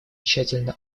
тщательно